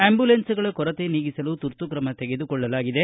ಆಂಬುಲೆನ್ಗಗಳ ಕೊರತೆ ನೀಗಿಸಲು ತುರ್ತು ಕ್ರಮ ತೆಗೆದುಕೊಳ್ಳಲಾಗಿದೆ